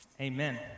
Amen